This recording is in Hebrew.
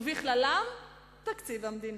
ובכללם תקציב המדינה.